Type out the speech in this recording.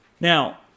Now